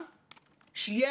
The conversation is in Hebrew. שאת העניין הכבד הזה,